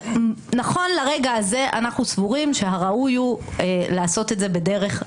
נכון לרגע זה אנחנו סבורים שהראוי הוא לעשות את זה בדרך מסוימת.